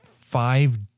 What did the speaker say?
five